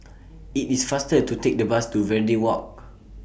IT IS faster to Take The Bus to Verde Walk